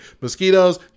Mosquitoes